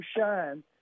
shine